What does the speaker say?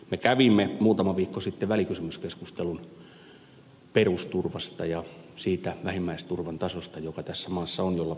me kävimme muutama viikko sitten välikysymyskeskustelun perusturvasta ja siitä vähimmäisturvan tasosta joka tässä maassa on jolla pitäisi tulla toimeen